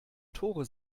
tore